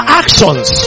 actions